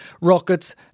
rockets